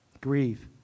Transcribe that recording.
Grieve